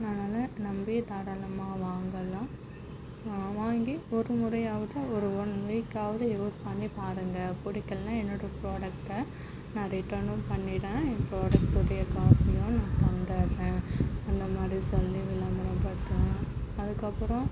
அதனால் நம்பி தாராளமாக வாங்கலாம் நான் வாங்கி ஒரு முறையாவது ஒரு ஒன் வீக்காவது யூஸ் பண்ணி பாருங்க பிடிக்கலனா என்னோட ப்ராடக்ட்டை நான் ரிட்டனும் பண்ணிடுறேன் என் ப்ராடக்ட்டுடைய காசையும் நான் தந்துடுறேன் அந்த மாதிரி சொல்லி விளம்பரப்படுத்துவேன் அதுக்கு அப்புறம்